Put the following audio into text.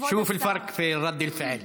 (אומר בערבית: תראה את ההבדל בתגובה.)